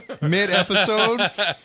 mid-episode